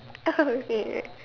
okay right